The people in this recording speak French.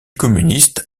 communiste